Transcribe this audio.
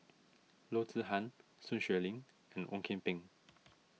Loo Zihan Sun Xueling and Ong Kian Peng